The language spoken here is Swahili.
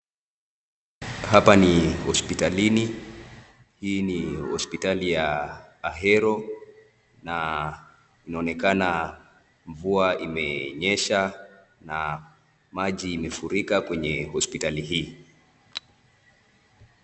Hapa ni hospitalini hii ni hospitali ya Ahero, na inaonekana mvua imenyesha na maji imefurika kwenye hospitali hii.